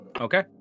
Okay